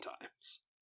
times